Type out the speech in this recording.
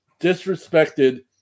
disrespected